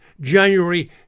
January